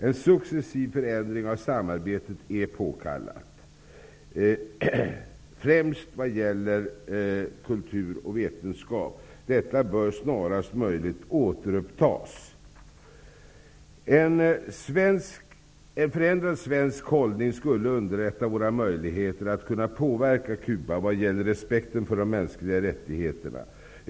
En successiv förändring av samarbetet är påkallad, främst vad gäller kultur och vetenskap. Detta bör snarast möjligt återupptas. En förändrad svensk hållning skulle underlätta våra möjligheter att kunna påverka Cuba vad gäller respekten för de mänskliga rättigheterna.